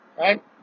right